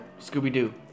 Scooby-Doo